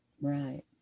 Right